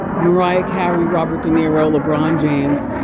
mariah carey, robert de niro, lebron james.